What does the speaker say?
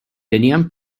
tenían